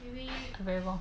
you mean a very long